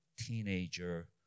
Teenager